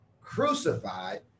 crucified